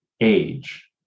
age